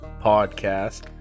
Podcast